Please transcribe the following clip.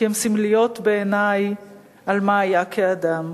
כי הן סמליות בעיני מבחינת מה שהיה כאדם.